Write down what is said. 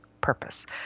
purpose